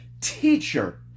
Teacher